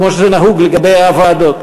כמו שזה נהוג לגבי הוועדות.